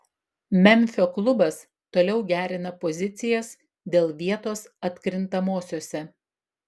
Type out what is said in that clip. memfio klubas toliau gerina pozicijas dėl vietos atkrintamosiose